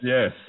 Yes